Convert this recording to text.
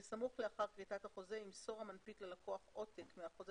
בסמוך לאחר כריתת החוזה ימסור המנפיק ללקוח עותק מהחוזה